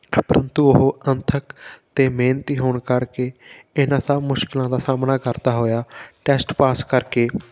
ਪਰੰਤੂ ਉਹ ਅੰਤ ਤੱਕ ਅਤੇ ਮਿਹਨਤੀ ਹੋਣ ਕਰਕੇ ਇਹਨਾਂ ਸਭ ਮੁਸ਼ਕਿਲਾਂ ਦਾ ਸਾਹਮਣਾ ਕਰਦਾ ਹੋਇਆ ਟੈਸਟ ਪਾਸ ਕਰਕੇ